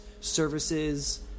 services